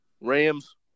Rams